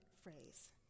phrase